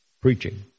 preaching